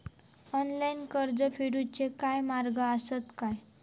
Online कर्ज फेडूचे काय मार्ग आसत काय?